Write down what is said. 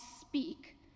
speak